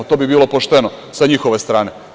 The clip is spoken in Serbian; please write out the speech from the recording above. To bi bilo pošteno sa njihove strane.